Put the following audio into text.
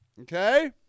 Okay